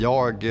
Jag